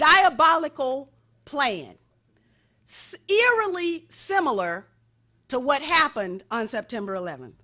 diabolical play eerily similar to what happened on september eleventh